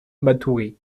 matoury